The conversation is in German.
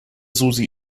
susi